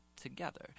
together